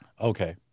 Okay